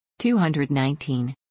219